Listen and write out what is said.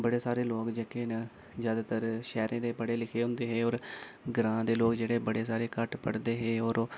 बड़े सारे लोक जेह्के न जादातर शैह्रे दे पढ़े लिखे होंदे हे होर ग्रांऽ दे लोक जेह्ड़े बड़े सारे घट्ट पढ़दे हे ओर ओह्